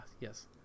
yes